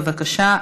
בבקשה,